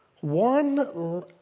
One